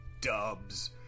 Dubs